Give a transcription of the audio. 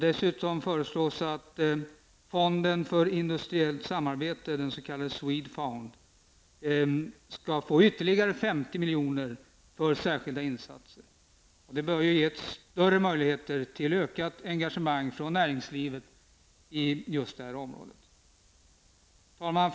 Dessutom föreslås att fonden för industriellt samarbete med u-länder, SWEDFUND, skall få ytterligare 50 milj.kr. för särskilda insatser. Detta bör ju ge större möjligheter till ökat engagemang från näringslivet i just det här området. Herr talman!